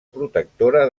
protectora